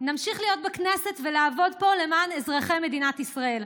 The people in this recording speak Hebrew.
נמשיך להיות בכנסת ולעבוד פה למען אזרחי מדינת ישראל.